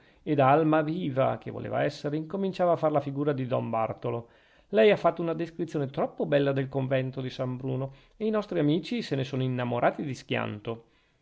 e da almaviva che voleva essere incominciava a far la figura di don bartolo lei ha fatto una descrizione troppo bella del convento di san bruno e i nostri amici se ne sono innamorati di schianto